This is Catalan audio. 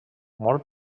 molt